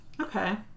Okay